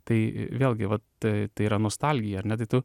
tai vėlgi va ta tai yra nostalgija ar ne tai tu